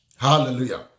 Hallelujah